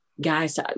Guys